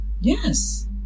Yes